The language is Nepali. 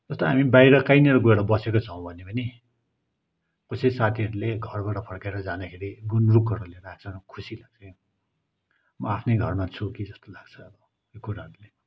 जस्तो हामी बाहिर गएर कहीँनिर बसेको छौँ भने पनि कसै साथीहरूले घरबाट फर्केर जाँदाखेरि गुन्द्रुकहरू ल्याएर राख्छन् खुसी लाग्छ क्याउ म आफ्नै घरमा छु कि जस्तो लाग्यो यो कुराहरूले